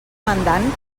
mandant